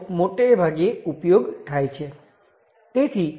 તેથી રેઝિસ્ટરનું મૂલ્ય જે VR બાય IR છે તે V બાય I હોવું જોઈએ